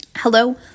Hello